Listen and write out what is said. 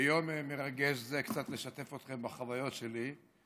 ביום מרגש זה קצת לשתף אתכם בחוויות שלי,